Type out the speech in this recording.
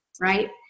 right